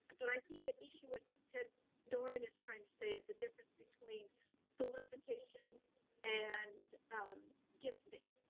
but i think at issue with ted doran is trying to say is the difference between solicitation and um gifting.